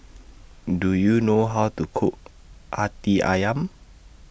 Do YOU know How to Cook Hati Ayam